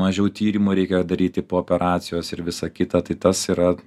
mažiau tyrimų reikia daryti po operacijos ir visa kita tai tas yra